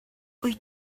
wyt